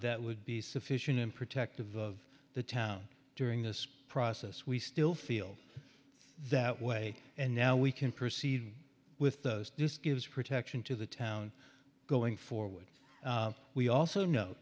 that would be sufficient and protective of the town during this process we still feel that way and now we can proceed with those disc gives protection to the town going forward we also know